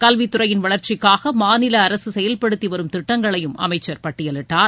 கல்வித்துறையின் வளர்ச்சிக்காக மாநில அரசு செயல்படுத்திவரும் திட்டங்களையும் அமைச்சர் பட்டியிலிட்டார்